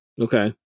Okay